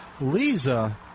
Lisa